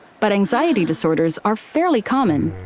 but anxiety disorders are fairly common,